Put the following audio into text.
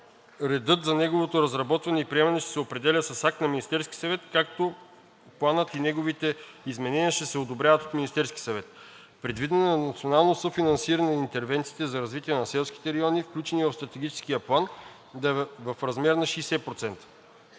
Редът за неговото разработване и приемане ще се определя с акт на Министерския съвет, като планът и неговите изменения ще се одобряват от Министерския съвет. Предвидено е националното съфинансиране на интервенциите за развитие на селските райони, включени в Стратегическия план, да е в размер на 60%.